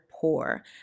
poor